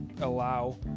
allow